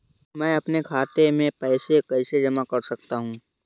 मैं अपने खाते में पैसे कैसे जमा कर सकता हूँ?